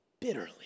bitterly